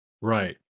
Right